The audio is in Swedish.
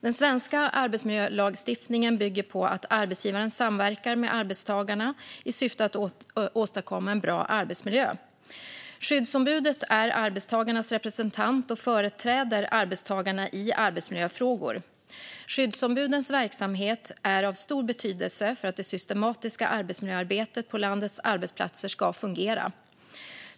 Den svenska arbetsmiljölagstiftningen bygger på att arbetsgivaren samverkar med arbetstagarna i syfte att åstadkomma en bra arbetsmiljö. Skyddsombudet är arbetstagarnas representant och företräder arbetstagarna i arbetsmiljöfrågor. Skyddsombudens verksamhet är av stor betydelse för att det systematiska arbetsmiljöarbetet på landets arbetsplatser ska fungera.